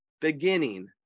beginning